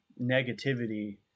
negativity